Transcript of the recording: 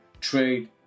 trade